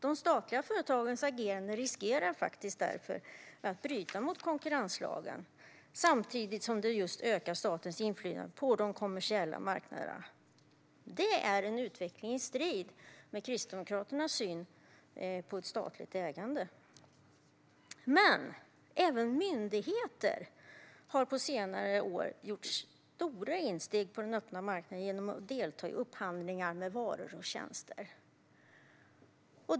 De statliga företagens agerande riskerar därför att bryta mot konkurrenslagen, samtidigt som det ökar statens inflytande på de kommersiella marknaderna. Det är en utveckling i strid med Kristdemokraternas syn på ett statligt ägande. Även myndigheter har på senare år gjort stora insteg på den öppna marknaden genom att delta i upphandlingar med varor och tjänster.